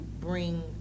bring